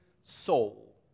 soul